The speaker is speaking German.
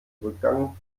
rückgang